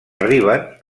arriben